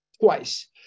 Twice